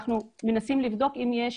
אנחנו מנסים לבדוק אם יש